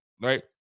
right